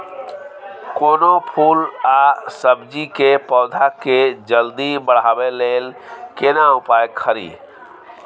कोनो फूल आ सब्जी के पौधा के जल्दी बढ़ाबै लेल केना उपाय खरी?